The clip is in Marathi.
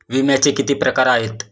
विम्याचे किती प्रकार आहेत?